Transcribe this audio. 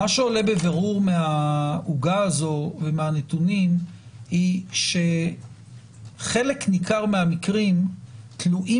מה שעולה בבירור מהעוגה הזו ומהנתונים הוא שחלק ניכר מהמקרים תלויים